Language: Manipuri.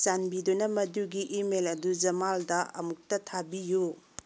ꯆꯥꯟꯕꯤꯗꯨꯅ ꯃꯗꯨꯒꯤ ꯏꯃꯦꯜ ꯑꯗꯨ ꯖꯃꯥꯜꯗ ꯑꯃꯨꯛꯇ ꯊꯥꯕꯤꯌꯨ